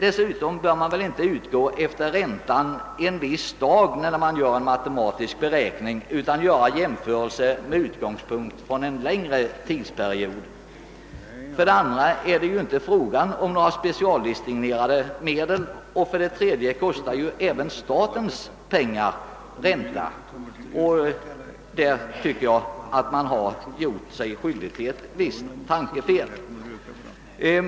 Dessutom bör man inte utgå från räntan en viss dag, när man gör en matematisk beräkning, utan man bör göra jämförelser med utgångspunkt från en längre tidsperiod. Det är inte heller fråga om några specialdestinerade medel. Vidare kostar även statens pengar ränta — här tycker jag att man har gjort ett tankefel.